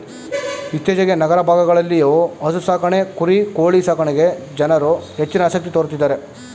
ಇತ್ತೀಚೆಗೆ ನಗರ ಭಾಗಗಳಲ್ಲಿಯೂ ಹಸು ಸಾಕಾಣೆ ಕುರಿ ಕೋಳಿ ಸಾಕಣೆಗೆ ಜನರು ಹೆಚ್ಚಿನ ಆಸಕ್ತಿ ತೋರುತ್ತಿದ್ದಾರೆ